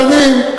חנין,